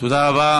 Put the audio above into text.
תודה רבה.